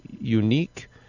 unique